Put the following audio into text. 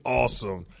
awesome